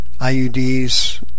iud's